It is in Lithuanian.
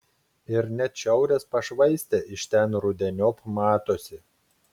ir net šiaurės pašvaistė iš ten rudeniop matosi